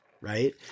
right